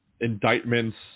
indictments